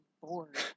bored